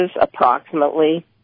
approximately